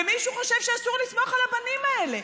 ומישהו חושב שאסור לסמוך על הבנים האלה?